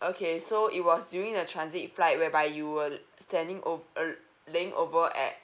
okay so it was during the transit flight whereby you were standing ov~ uh laying over at